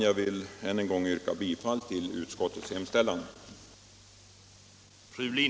Jag vill än en gång yrka bifall till utskottets hemställan.